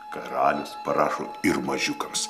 karalius parašo ir mažiukams